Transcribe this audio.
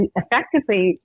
effectively